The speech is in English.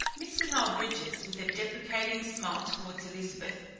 mr. noel bridges, with a deprecating smile towards elizabeth,